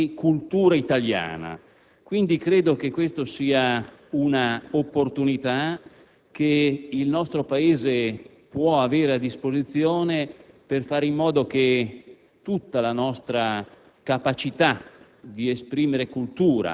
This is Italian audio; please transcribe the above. lingua e di cultura italiana. Quindi, credo che questa sia un’opportunitache il nostro Paese ha a disposizione, per far sı che tutta la nostra capacita`